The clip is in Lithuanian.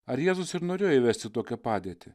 ar jėzus ir norėjo įvesti tokią padėtį